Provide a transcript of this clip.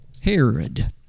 Herod